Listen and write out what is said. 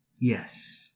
Yes